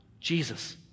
Jesus